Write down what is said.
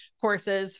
courses